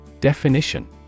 Definition